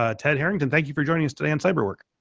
ah ted harrington, thank you for joining us today on cyber work.